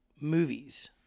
movies